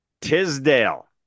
tisdale